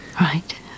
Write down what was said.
Right